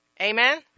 Amen